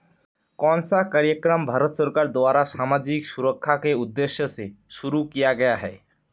कौन सा कार्यक्रम भारत सरकार द्वारा सामाजिक सुरक्षा के उद्देश्य से शुरू किया गया है?